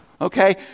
Okay